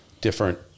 different